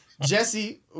Jesse